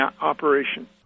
operation